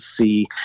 see